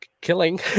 killing